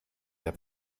der